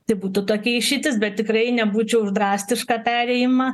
tai būtų tokia išeitis bet tikrai nebūčiau už drastišką perėjimą